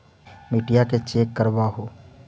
मिट्टीया के चेक करबाबहू?